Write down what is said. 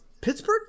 Pittsburgh